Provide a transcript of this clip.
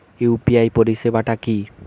UPI পরিসেবাটা কি?